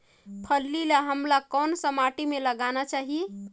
फल्ली ल हमला कौन सा माटी मे लगाना चाही?